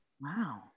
Wow